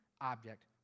object